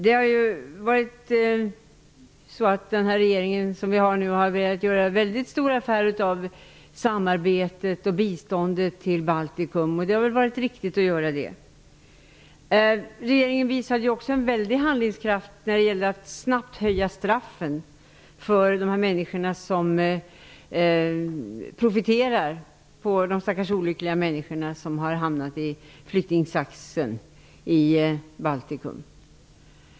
Den regering som vi har nu har ju velat göra en väldigt stor affär av samarbetet med och biståndet till Baltikum, och det har väl varit riktigt att göra det. Regeringen visade ju också stor handlingskraft när det gällde att snabbt höja straffen för de människor som profiterar på de stackars olyckliga människor som har hamnat i flyktingsaxen i Baltikum.